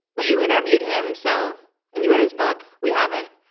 well, you interviewed him so and you read his book. we haven't.